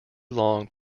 long